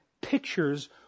pictures